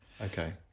Okay